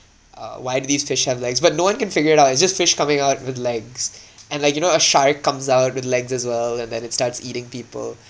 uh why do these fish have legs but no one can figure it out it's just fish coming out with legs and like you know a shark comes out with legs as well and then it starts eating people